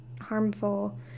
harmful